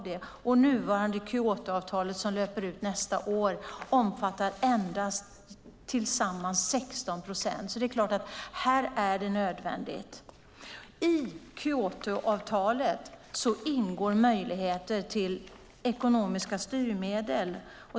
Det nuvarande Kyotoavtalet löper ut nästa år och omfattar endast 16 procent totalt. Det är alltså nödvändigt. I Kyotoavtalet finns möjligheter till ekonomiska styrmedel.